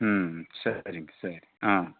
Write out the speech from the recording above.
ம் சரிங்க சரிங்க ஆ